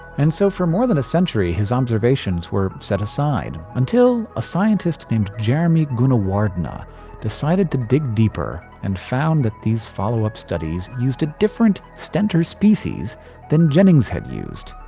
and so for more than a century, his observations were set aside until a scientist named jeremy gunawardena decided to dig deeper and found that these follow-up studies used a different stentor species than jennings had used.